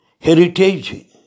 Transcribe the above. heritage